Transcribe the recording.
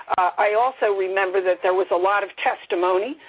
i also remember that there was a lot of testimony,